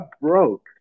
broke